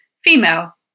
female